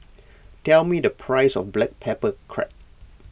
tell me the price of Black Pepper Crab